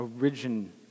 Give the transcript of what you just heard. origin